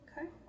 Okay